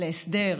להסדר,